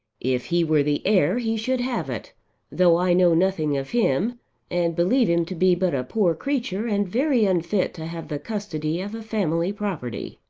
if he were the heir he should have it though i know nothing of him and believe him to be but a poor creature and very unfit to have the custody of a family property.